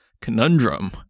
conundrum